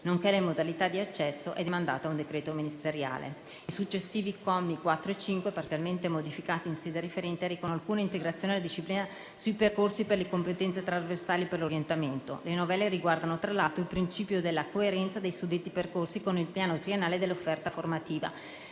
nonché delle modalità di accesso al Fondo, è demandata a un decreto ministeriale. I successivi commi 4 e 5 - parzialmente modificati in sede referente - recano alcune integrazioni alla disciplina sui percorsi per le competenze trasversali e per l'orientamento. Le novelle riguardano, tra l'altro, il principio della coerenza dei suddetti percorsi con il piano triennale dell'offerta formativa